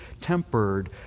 tempered